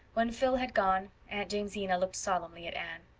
when phil had gone aunt jamesina looked solemnly at anne.